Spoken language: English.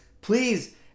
please